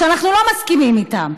שאנחנו לא מסכימים איתם,